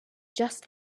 just